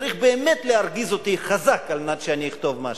צריך באמת להרגיז אותי חזק על מנת שאני אכתוב משהו.